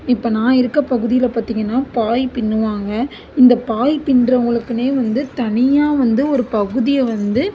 இப்போ நான் இருக்க பகுதியில பார்த்திங்கன்னா பாய் பின்னுவாங்கள் இந்த பாய் பின்னுறவங்களுக்குனே வந்து தனியாக வந்து ஒரு பகுதியை வந்து